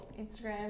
Instagram